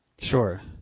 Sure